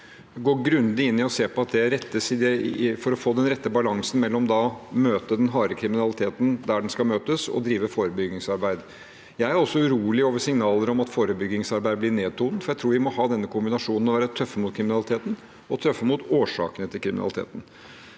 det rettes slik at man får den rette balansen mellom å møte den harde kriminaliteten der den skal møtes, og å drive forebyggingsarbeid. Jeg er også urolig over signaler om at forebyggingsarbeid blir nedtonet, for jeg tror vi må ha denne kombinasjonen: å være tøffe mot kriminaliteten og tøffe mot årsakene til kriminaliteten.